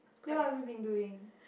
then what have you been doing